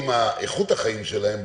איכות החיים שלהם,